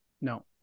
no